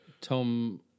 Tom